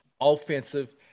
offensive